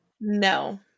No